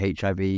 HIV